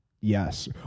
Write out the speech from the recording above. Yes